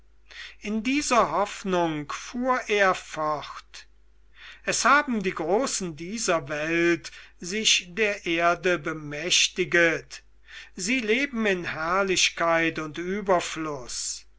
in dieser hoffnung fuhr er fort es haben die großen dieser welt sich der erde bemächtiget sie leben in herrlichkeit und überfluß